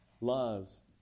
loves